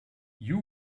you